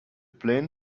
plan